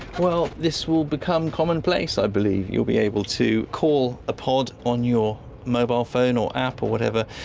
well, this will become commonplace, i believe. you'll be able to call a pod on your mobile phone or app or whatever,